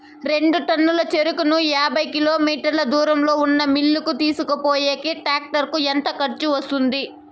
రెండు టన్నుల చెరుకును యాభై కిలోమీటర్ల దూరంలో ఉన్న మిల్లు కు తీసుకొనిపోయేకి టాక్టర్ కు ఎంత ఖర్చు వస్తుంది?